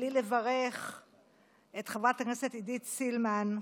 בלי לברך את חברת הכנסת עידית סילמן,